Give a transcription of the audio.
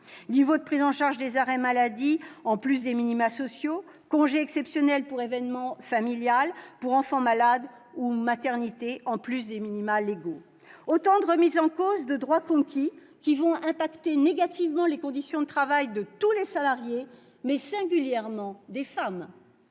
niveau de prise en charge des arrêts maladie au-delà des minima sociaux, congés exceptionnels pour événement familial, pour enfant malade ou maternité au-delà des minima légaux. Ce sont autant de remises en cause de droits conquis, qui vont affecter négativement les conditions de travail de tous les salariés, et singulièrement des femmes.